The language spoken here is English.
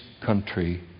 country